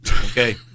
Okay